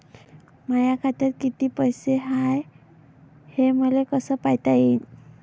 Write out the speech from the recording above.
माया खात्यात किती पैसे बाकी हाय, हे मले कस पायता येईन?